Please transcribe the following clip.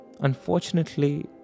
Unfortunately